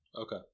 okay